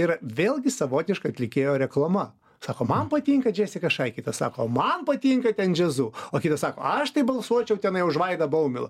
yra vėlgi savotiška atlikėjo reklama sako man patinka džesika šai kitas sako man patinka ten džiazu o kitas sako aš tai balsuočiau tenai už vaidą baumilą